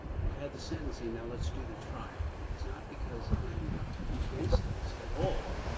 we've had the sentencing, now let's do the trial. and it's not because i'm against this at all,